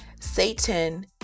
Satan